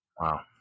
Wow